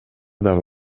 дагы